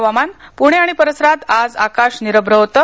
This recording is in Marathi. हवामान पूणे आणि परिसरात आज आकाश निरभ्र होतं